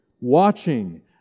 watching